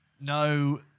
No